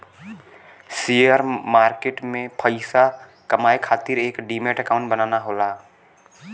share market में पइसा कमाये खातिर एक डिमैट अकांउट बनाना होला